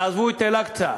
תעזבו את אל-אקצא.